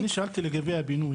אני שאלתי על הבינוי.